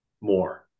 more